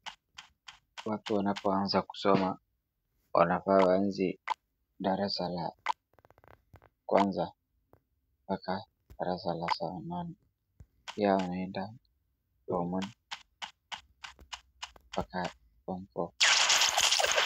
Watu wanapoanza kusoma wanafaa waanze darasa la kwanza mpaka darasa la nane pia wanaenda form one mpaka form four .